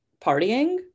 partying